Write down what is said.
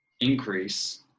increase